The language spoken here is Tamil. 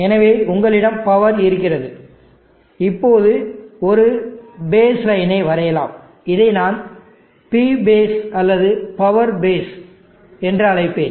எனவே உங்களிடம் பவர் இருக்கிறது இப்போது ஒரு பேஸ் லைனை வரையலாம் இதை நான் P பேஸ் அல்லது பவர் பேஸ் பேஸ் பவர் என்று அழைப்பேன்